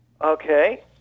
Okay